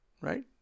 right